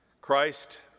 Christ